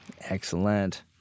Excellent